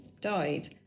died